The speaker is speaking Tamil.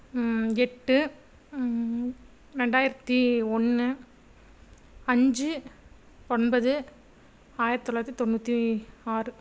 எட்டு ரெண்டாயிரத்தி ஒன்று அஞ்சு ஒன்பது ஆயிரத் தொள்ளாயிரத்தி தொண்ணூற்றி ஆறு